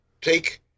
take